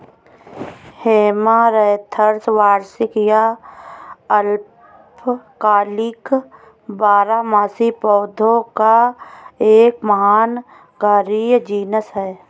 amaranthus वार्षिक या अल्पकालिक बारहमासी पौधों का एक महानगरीय जीनस है